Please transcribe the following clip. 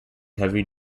heavy